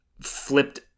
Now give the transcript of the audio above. flipped